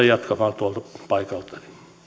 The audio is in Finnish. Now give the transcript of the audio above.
jatkamaan tuolta paikaltani